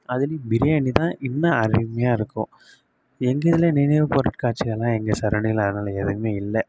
அதுலேயும் பிரியாணி தான் இன்னும் அருமையாக இருக்கும் எங்கள் இதில் நினைவு பொருட்காட்சிகள்லாம் எங்கள் சரவுண்டிங்கில் அதனால எதுவுமே இல்லை